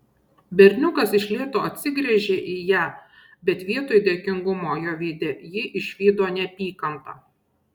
berniukas iš lėto atsigręžė į ją bet vietoj dėkingumo jo veide ji išvydo neapykantą